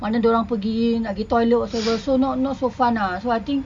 mana dia orang pergi nak pergi toilet or whatsoever so not not so fun ah so I think